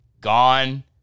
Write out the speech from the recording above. gone